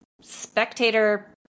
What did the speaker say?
spectator